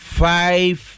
five